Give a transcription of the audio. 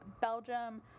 Belgium